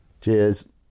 Cheers